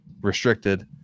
restricted